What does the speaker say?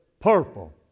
purple